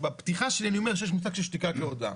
ובפתיחה שלי אני אומר שיש מושג ששתיקה כהודאה.